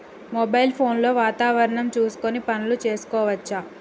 Mobile phone లో వాతావరణం చూసుకొని పనులు చేసుకోవచ్చా?